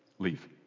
leave